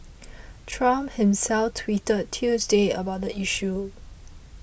Trump himself tweeted Tuesday about the issue